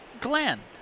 Glenn